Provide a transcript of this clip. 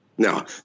Now